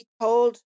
told